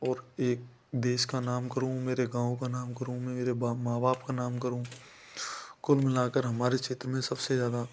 और एक देश का नाम करूँ मेरे गाँव का नाम करूँ मेरे माँ बाप का नाम करूँ कुल मिला कर मेरे देश मे सबसे ज़्यादा